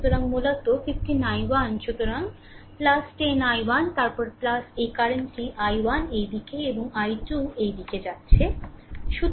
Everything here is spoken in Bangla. সুতরাং মূলত 15 i1 সুতরাং 10 i1 তারপরে এই কারেন্ট টি i1 এই দিক এবং i2 এই দিকে যাচ্ছে